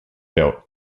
built